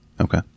okay